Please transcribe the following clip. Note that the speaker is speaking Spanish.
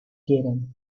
quieren